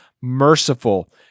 merciful